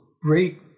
great